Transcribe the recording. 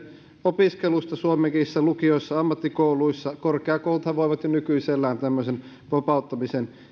opiskelusta suomenkielisissä lukioissa ja ammattikouluissa korkeakouluthan voivat jo nykyisellään tämmöisen vapauttamisen